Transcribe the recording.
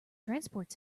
transport